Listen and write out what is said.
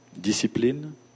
discipline